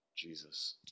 Jesus